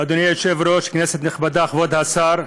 אדוני היושב-ראש, כנסת נכבדה, כבוד השר,